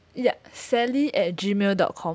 yup sally at G mail dot com